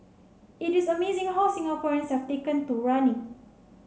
it is amazing how Singaporeans have taken to running